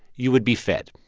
you would be fed.